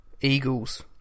Eagles